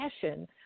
passion